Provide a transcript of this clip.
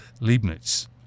Leibniz